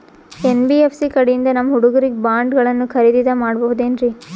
NBFC ಕಡೆಯಿಂದ ನಮ್ಮ ಹುಡುಗರಿಗೆ ಬಾಂಡ್ ಗಳನ್ನು ಖರೀದಿದ ಮಾಡಬಹುದೇನ್ರಿ?